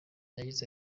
yagize